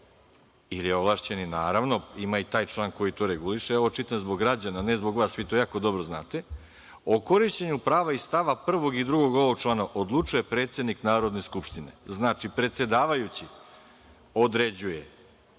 ili ovlašćeni, naravno postoji i član koji to reguliše. Ovo čitam zbog građana, ne zbog vas, vi to jako dobro znate. O korišćenju prava iz stava 1. i 2. ovog člana odlučuje predsednik Narodne skupštine. Znači, predsedavajući određuje